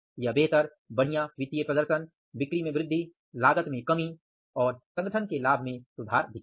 यह बेहतर बढ़िया वित्तीय प्रदर्शन बिक्री में वृद्धि लागत में कमी और संगठन के लाभ में सुधार में दिखेगा